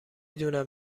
دونم